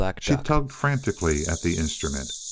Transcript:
she tugged frantically at the instrument.